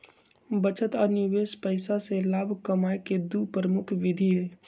बचत आ निवेश पैसा से लाभ कमाय केँ दु प्रमुख विधि हइ